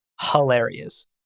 hilarious